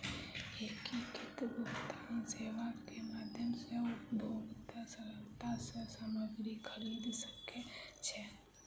एकीकृत भुगतान सेवा के माध्यम सॅ उपभोगता सरलता सॅ सामग्री खरीद सकै छै